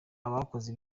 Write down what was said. abakoze